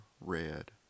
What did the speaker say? Red